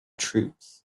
troops